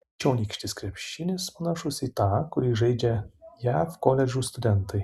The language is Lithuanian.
čionykštis krepšinis panašus į tą kurį žaidžia jav koledžų studentai